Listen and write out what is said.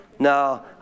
No